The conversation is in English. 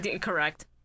Correct